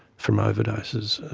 from overdoses.